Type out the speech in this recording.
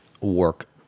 work